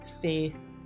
faith